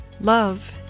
Love